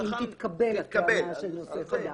אם תתקבל טענות נושא חדש,